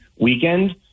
weekend